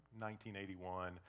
1981